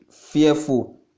fearful